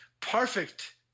perfect